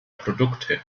produkte